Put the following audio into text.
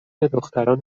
دختران